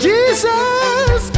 Jesus